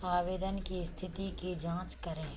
आवेदन की स्थिति की जाँच करें